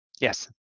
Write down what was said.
Yes